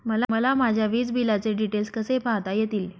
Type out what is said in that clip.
मला माझ्या वीजबिलाचे डिटेल्स कसे पाहता येतील?